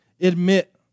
admit